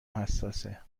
حساسه